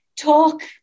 talk